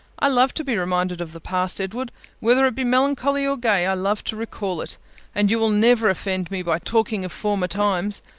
i love to be reminded of the past, edward whether it be melancholy or gay, i love to recall it and you will never offend me by talking of former times.